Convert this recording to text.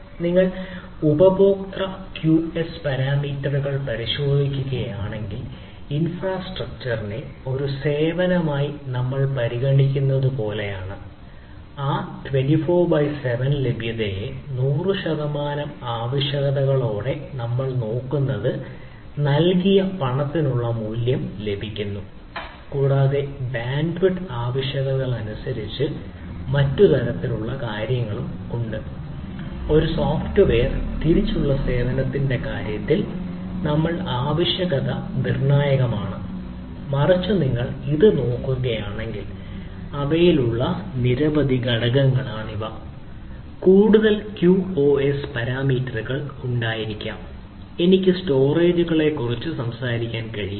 നിങ്ങൾ ഉപഭോക്തൃ ക്യൂഒഎസ് പാരാമീറ്ററുകൾ സംസാരിക്കാൻ കഴിയും